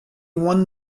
one